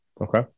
Okay